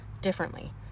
differently